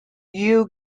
you